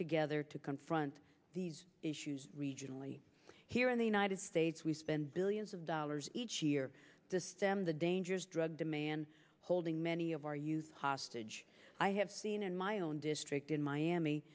together to confront these issues regionally here in the united states we spend billions of dollars each year to stem the dangerous drug demand holding many of our youth hostage i have seen in my own district in miami